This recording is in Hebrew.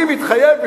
אני מתחייב,